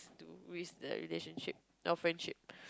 waste the relationship our friendship